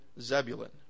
Zebulun